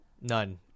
none